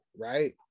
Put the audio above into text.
right